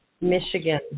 Michigan